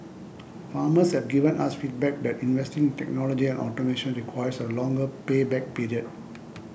farmers have given us feedback that investing in technology and automation requires a longer pay back period